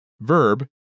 Verb